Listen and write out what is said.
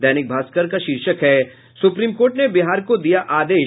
दैनिक भास्कर का शीर्षक है सुप्रीम कोर्ट ने बिहार को दिया आदेश